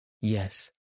Yes